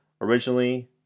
originally